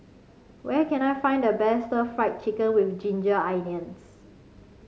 where can I find the best Stir Fried Chicken with Ginger Onions